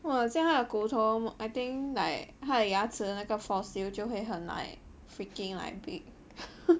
!wah! 这样它的骨头 I think like 它的牙齿的那个 fossil 就会很 like freaking like big